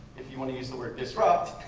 if you want to use the word disrupt,